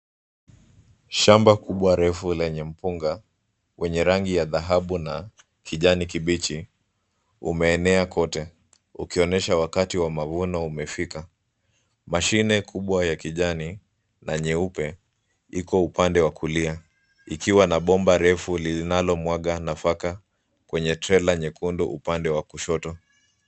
Shamba kubwa refu lenye mpunga wenye rangi ya dhahabu na kijani kibichi umeenea kwote ukionyesha wakati wa mavuno umefika. Mashini kubwa ya kijani na nyeupe iko upande wa kulia ikiwa na bomba refu linalomwaga nafaka kwenye trela nyekundu upande wa kushoto.